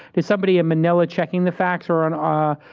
is somebody and vanilla checking the facts or and ah.